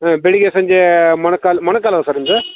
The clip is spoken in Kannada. ಬೆಳಿಗ್ಗೆ ಸಂಜೆ ಮೊಣಕಾಲು ಮೊಣಕಾಲು ಅಲ್ವಾ ಸರ್ ನಿಮ್ಮದು